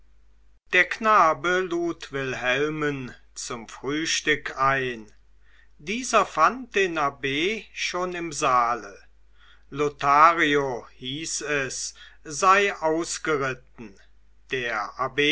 der knabe lud wilhelmen zum frühstück ein dieser fand den abb schon im saale lothario hieß es sei ausgeritten der abb